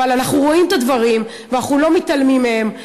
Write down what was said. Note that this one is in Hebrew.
אבל אנחנו רואים את הדברים ואנחנו לא מתעלמים מהם.